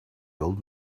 old